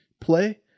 play